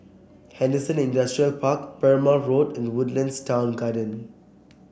Henderson Industrial Park Perumal Road and Woodlands Town Garden